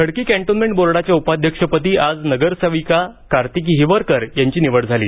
Khadki cantonment बोर्डाच्या उपाध्यक्षपदी आज नगरसेविका कार्तिकी हिवरकर यांची निवड झाली